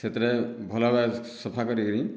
ସେଥିରେ ଭଲ ଭାବରେ ସଫା କରିକରି